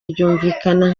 ryumvikana